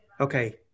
Okay